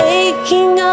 aching